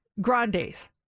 Grandes